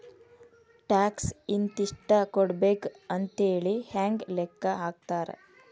Tax ಇಂತಿಷ್ಟ ಕೊಡ್ಬೇಕ್ ಅಂಥೇಳಿ ಹೆಂಗ್ ಲೆಕ್ಕಾ ಹಾಕ್ತಾರ?